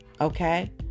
okay